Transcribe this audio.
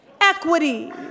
equity